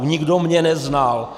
Nikdo mě neznal.